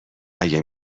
اگه